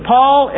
Paul